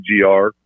GR